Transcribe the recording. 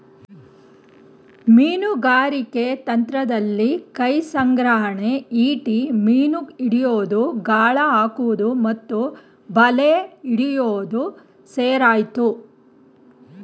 ಮೀನುಗಾರಿಕೆ ತಂತ್ರದಲ್ಲಿ ಕೈಸಂಗ್ರಹಣೆ ಈಟಿ ಮೀನು ಹಿಡಿಯೋದು ಗಾಳ ಹಾಕುವುದು ಮತ್ತು ಬಲೆ ಹಿಡಿಯೋದು ಸೇರಯ್ತೆ